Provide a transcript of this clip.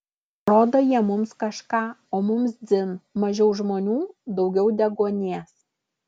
rodo jie mums kažką o mums dzin mažiau žmonių daugiau deguonies